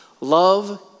Love